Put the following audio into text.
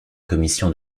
commission